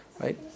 Right